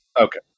Okay